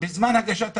בזמן הגשת הרשימות,